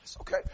Okay